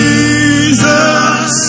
Jesus